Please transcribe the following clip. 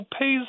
pays